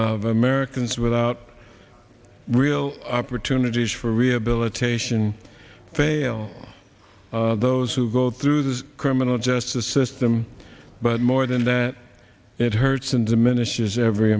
of americans without real opportunities for rehabilitation fail those who go through the criminal justice system but more than that it hurts and diminishes every